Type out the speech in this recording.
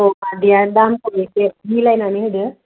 औ मादैया दामखौ एसे मिलायनानै होदो